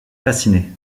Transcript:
fasciné